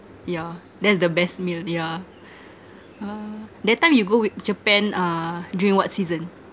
yeah that's the best meal yeah uh that time you go with japan uh during what season